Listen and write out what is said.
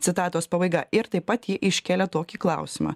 citatos pabaiga ir taip pat ji iškelia tokį klausimą